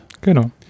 genau